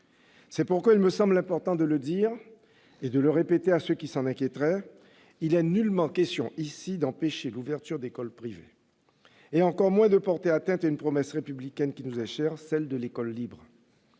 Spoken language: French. C'est pourquoi il me semble important de le dire, et de le répéter à ceux qui s'en inquiéteraient : il n'est nullement question ici d'empêcher l'ouverture d'écoles privées, et encore moins de porter atteinte à une promesse républicaine qui nous est chère, celle de l'école libre.